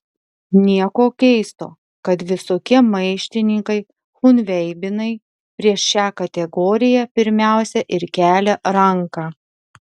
nieko keisto kad visokie maištininkai chunveibinai prieš šią kategoriją pirmiausia ir kelia ranką